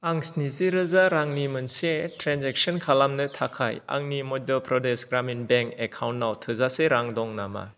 आं स्निजि रोजा रांनि मोनसे ट्रेनजेक्सन खालामनो थाखाय आंनि मध्य प्रदेश ग्रामिन बैंक एकाउन्टाव थोजासे रां दं नामा